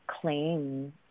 claim